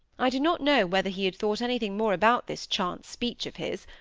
i do not know whether he had thought anything more about this chance speech of his,